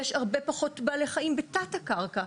יש הרבה פחות בעלי חיים בתת הקרקע,